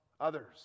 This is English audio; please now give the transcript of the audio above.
others